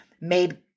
made